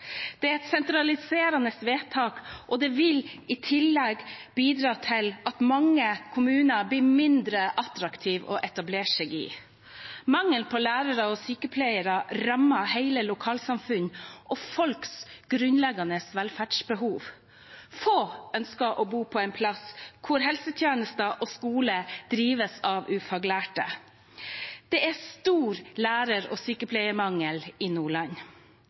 Det er et sentraliserende vedtak, og det vil i tillegg bidra til at mange kommuner blir mindre attraktive å etablere seg i. Mangelen på lærere og sykepleiere rammer hele lokalsamfunn og folks grunnleggende velferdsbehov. Få ønsker å bo på en plass hvor helsetjenester og skole drives av ufaglærte. Det er stor lærer- og sykepleiermangel i Nordland